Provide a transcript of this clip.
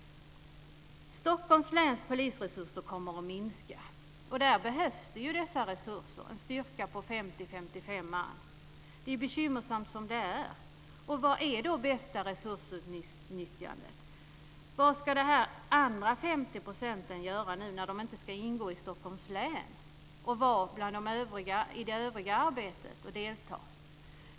Stockholms läns polisresurser kommer att minska, och där behövs ju dessa resurser - en styrka på 50-55 man. Det är bekymmersamt redan som det är. Vad är då det bästa resursutnyttjandet? Vad ska de resterande 50 procenten göra när de inte ska ingå i Stockholms län och delta i det övriga arbetet?